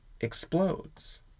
explodes